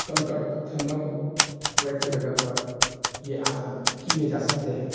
कंकड़ पत्थर ना हो वैसी जगह पर यह आसन किए जा सकते हैं